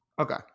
Okay